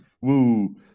woo